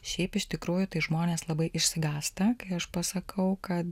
šiaip iš tikrųjų tai žmonės labai išsigąsta kai aš pasakau kad